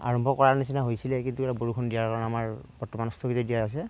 আৰম্ভ কৰাৰ নিচিনা হৈছিলেই কিন্তু এতিয়া বৰষুণ দিয়াৰ কাৰণে আমাৰ বৰ্তমান স্থগিত দিয়া হৈছে